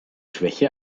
schwäche